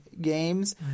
games